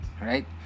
Right